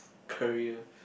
career